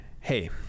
hey